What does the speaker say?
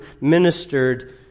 ministered